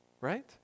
Right